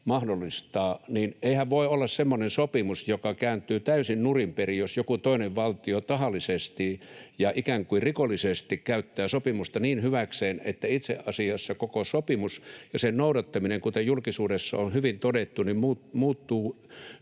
Eihän voi olla semmoista sopimusta, joka kääntyy täysin nurin perin, jos joku toinen valtio tahallisesti ja ikään kuin rikollisesti käyttää sopimusta hyväkseen niin, että itse asiassa koko sopimus ja sen noudattaminen, kuten julkisuudessa on hyvin todettu, muuttuu